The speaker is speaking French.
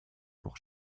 pour